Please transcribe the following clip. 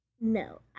No